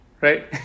right